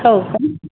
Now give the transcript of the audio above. हो का